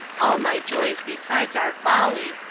all my joys besides are folly,